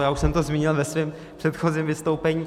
Já už jsem to zmínil ve svém předchozím vystoupení.